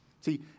See